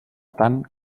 tant